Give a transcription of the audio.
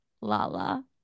lala